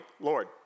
Lord